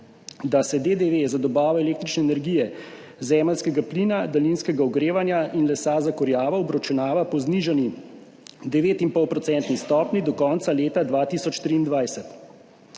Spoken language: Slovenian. da se DDV za dobavo električne energije, zemeljskega plina, daljinskega ogrevanja in lesa za kurjavo obračunava po znižani 9,5 procentni stopnji do konca leta 2023.